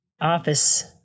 office